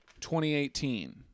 2018